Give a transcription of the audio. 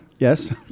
Yes